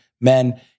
men